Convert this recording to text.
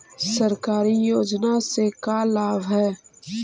सरकारी योजना से का लाभ है?